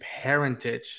parentage